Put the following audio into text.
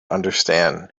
understand